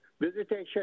visitation